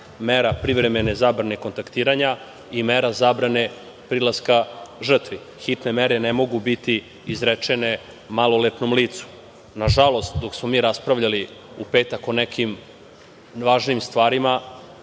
mera privremene zabrane kontaktiranja i mera zabrana prilaska žrtvi. Hitne mere ne mogu biti izrečene maloletnom licu. Na žalost, dok smo mi raspravljali u petak o nekim važnijim stvarima,